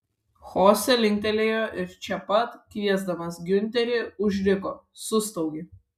chose linktelėjo ir čia pat kviesdamas giunterį užriko sustaugė